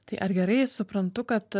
tai ar gerai suprantu kad